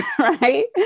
right